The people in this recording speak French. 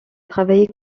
travaillé